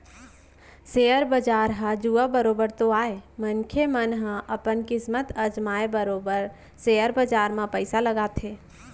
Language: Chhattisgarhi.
सेयर बजार ह जुआ बरोबर तो आय मनखे मन ह अपन किस्मत अजमाय बरोबर सेयर बजार म पइसा लगाथे